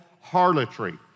harlotry